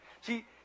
See